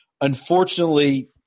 unfortunately